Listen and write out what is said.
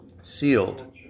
Sealed